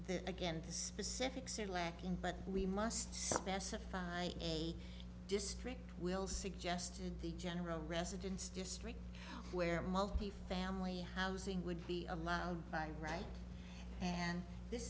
there again the specifics are lacking but we must specify a district will suggested the general residence district where multi family housing would be allowed by right and this